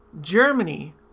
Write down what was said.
Germany